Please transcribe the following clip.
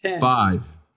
five